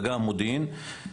אג"מ ומודיעין.